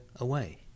away